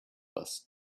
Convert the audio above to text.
list